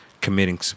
committing